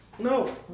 No